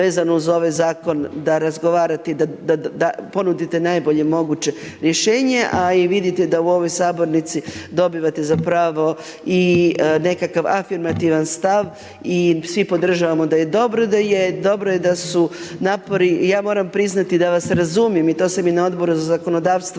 da je dobro da je, dobro je da su napori, ja moram priznati da vas razumijem i to sam i na Odboru za zakonodavstvo,